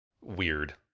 weird